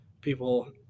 people